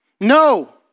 no